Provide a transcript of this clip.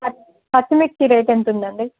పచ్చిమిర్చి రేట్ ఎంతుందండి